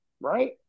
right